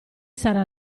sarà